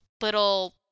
little